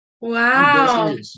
Wow